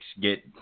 get